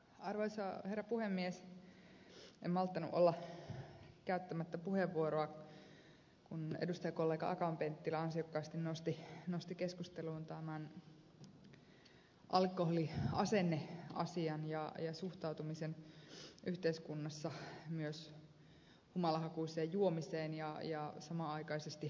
en malttanut olla käyttämättä puheenvuoroa kun edustajakollega akaan penttilä ansiokkaasti nosti keskusteluun tämän alkoholiasenneasian ja suhtautumisen yhteiskunnassa myös humalahakuiseen juomiseen ja samanaikaisesti autoiluun tämän juomisen jälkeen